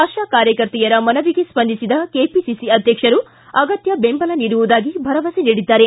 ಆಶಾ ಕಾರ್ಯಕರ್ತೆಯರ ಮನವಿಗೆ ಸ್ಪಂದಿಸಿದ ಕೆಪಿಸಿ ಅಧ್ವಕ್ಷರು ಅಗತ್ತ ದೆಂಬಲ ನೀಡುವುದಾಗಿ ಭರವಸೆ ನೀಡಿದರು